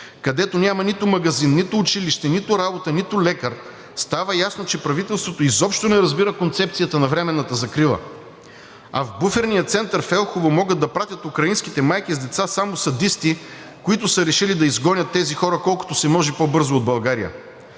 където няма нито магазин, нито училище, нито работа, нито лекар, става ясно, че правителството изобщо не разбира концепцията на временната закрила. А в буферния център в Елхово могат да пратят украинските майки с деца само садисти, които са решили да изгонят тези хора колкото се може по-бързо от България.